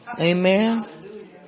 Amen